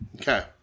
Okay